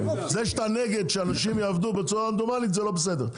זה שאתה נגד שאנשים יעבדו בצורה רנדומלית זה לא בסדר.